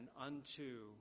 unto